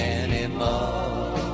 anymore